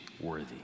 worthy